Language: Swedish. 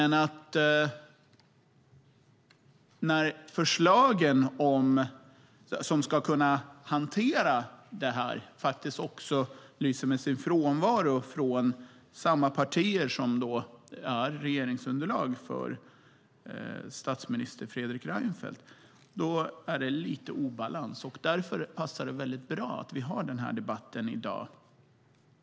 När förslagen som ska hantera detta lyser med sin frånvaro hos de partier som utgör statsminister Fredrik Reinfeldts regeringsunderlag råder en obalans. Därför passar det bra med debatten i dag.